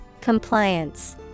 Compliance